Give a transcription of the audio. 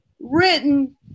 written